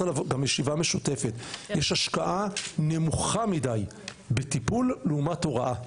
עליו גם ישיבה משותפת יש השקעה נמוכה מדי בטיפול לעומת הוראה.